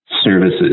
services